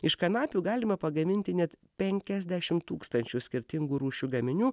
iš kanapių galima pagaminti net penkiasdešimt tūkstančių skirtingų rūšių gaminių